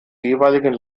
jeweiligen